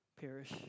perish